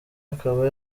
akaba